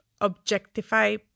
objectify